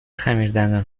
خمیردندان